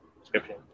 description